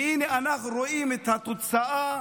והינה אנחנו רואים את התוצאה: